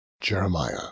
jeremiah